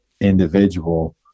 individual